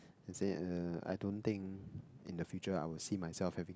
I say uh I don't think in the future I will see myself having